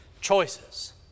choices